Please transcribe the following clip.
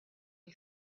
and